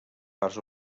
parts